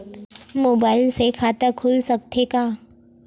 Mobile से खाता खुल सकथे का?